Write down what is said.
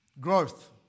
Growth